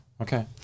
Okay